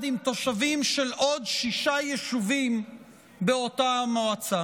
עם תושבים של עוד שישה יישובים באותה המועצה.